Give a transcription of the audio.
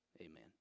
Amen